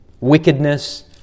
wickedness